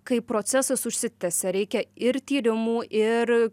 kai procesas užsitęsia reikia ir tyrimų ir